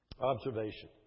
Observation